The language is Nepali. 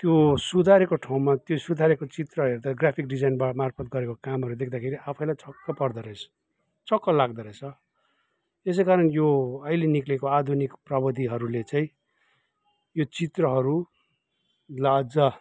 त्यो सुधारेको ठाउँमा त्यो सुधारेको चित्र हेर्दा ग्राफिक डिजाइन बा मार्फत गरेको कामहरू देख्दाखेरि आफैलाई छक्क पर्दो रहेछ छक्क लाग्दो रहेछ यसै कारण यो अहिले निक्लेको आधुनिक प्रविधिहरूले चाहिँ यो चित्रहरूलाई अझ